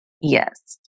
Yes